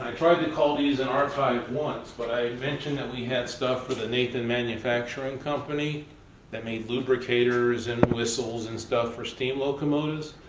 tried to call these an archive once, but i mentioned that we had stuff for the nathan manufacturing company that made lubricators and whistles and stuff for steam locomotives.